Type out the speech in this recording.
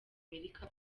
amerika